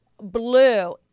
blue